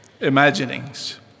imaginings